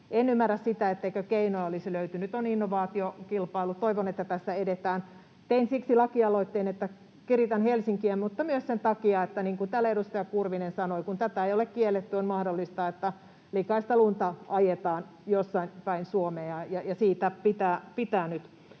en ymmärrä sitä, etteikö keinoa olisi löytynyt. On innovaatiokilpailu, ja toivon, että tässä edetään. Tein siksi lakialoitteen, että kiritän Helsinkiä, mutta myös sen takia, niin kuin täällä edustaja Kurvinen sanoi, että kun tätä ei ole kielletty, on mahdollista, että likaista lunta ajetaan mereen jossain päin Suomea. Siitä pitää nyt